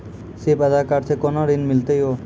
सिर्फ आधार कार्ड से कोना के ऋण मिलते यो?